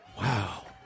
Wow